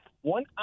one